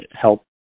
help